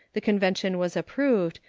the convention was approved,